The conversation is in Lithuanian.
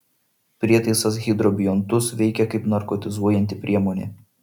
prietaisas hidrobiontus veikia kaip narkotizuojanti priemonė